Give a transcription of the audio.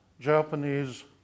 Japanese